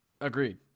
Agreed